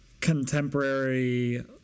contemporary